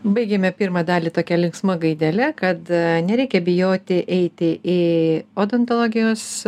baigėme pirmą dalį tokia linksma gaidele kad nereikia bijoti eiti į odontologijos